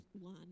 one